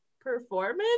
performance